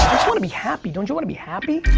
want to be happy, don't you want to be happy?